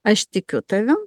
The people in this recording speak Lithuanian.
aš tikiu tavim